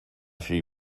she